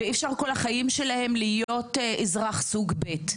ואי אפשר כל החיים שלהם להיות אזרח סוג ב'.